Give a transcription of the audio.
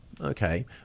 okay